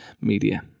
media